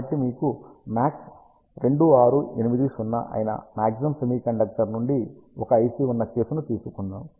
కాబట్టి మీకు MAX 2680 అయిన మాగ్జిమ్ సెమీకండక్టర్ నుండి ఒక IC ఉన్న కేసును తీసుకుందాం